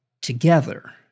together